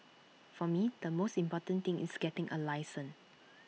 for me the most important thing is getting A license